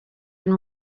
been